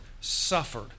suffered